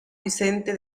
vicente